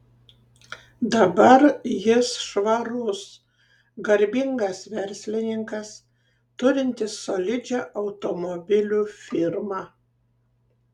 dabar jis švarus garbingas verslininkas turintis solidžią automobilių firmą